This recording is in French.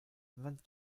vingt